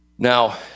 Now